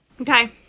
Okay